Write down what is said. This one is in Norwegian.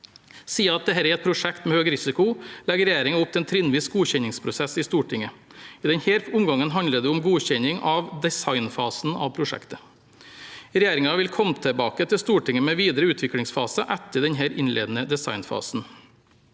Siden dette er et prosjekt med høy risiko, legger regjeringen opp til en trinnvis godkjenningsprosess i Stortinget. I denne omgangen handler det om godkjenning av designfasen av prosjektet. Regjeringen vil komme tilbake til Stortinget med videre utviklingsfaser etter denne innledende designfasen.